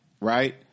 right